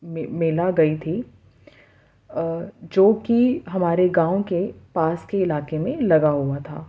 میلہ گئی تھی جو کہ ہمارے گاؤں کے پاس کے علاقے میں لگا ہوا تھا